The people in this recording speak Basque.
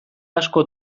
asko